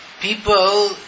people